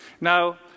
Now